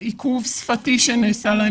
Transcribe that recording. אם עיכוב שפתי שנעשה להם.